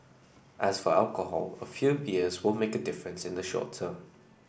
as for alcohol a few beers won't make a difference in the short term